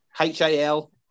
H-A-L